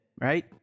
right